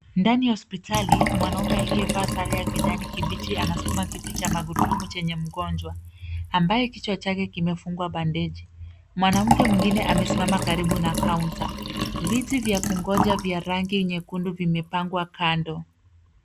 Ndani ya hospitali, mwanaume aliyevaa sare ya kijani kibichi anasukuma kiti cha magurudumu chenye mgonjwa, ambaye kichwa chake kimefungwa bandeji. Mwanamke mwingine amesimama karibu na kaunta. Viti vya kungoja vya rangi nyekundu vimepangwa kando.